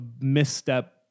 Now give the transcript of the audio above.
misstep